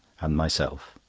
and myself.